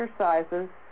exercises